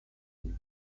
unis